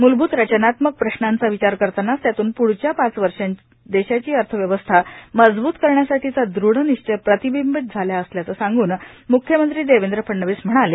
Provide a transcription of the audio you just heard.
मूलभूत रचनात्मक प्रश्नांचा विचार करतानाच त्यातून प्ढच्या पाच वर्षात देशाची अर्थव्यवस्था मजबूत करण्यासाठीचा दृढनिश्चय प्रतिबिंबित झाला असल्याचे सांगून मुख्यमंत्री देवेंद्र फडणवीस म्हणाले